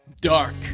Dark